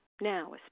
now